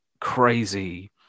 crazy